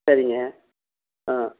சரிங்க ஆ